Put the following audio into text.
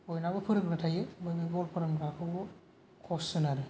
बयनावबो फोरोंग्रा थायो बेखायनो बल फोरोंग्राखौबो कच होनो आरो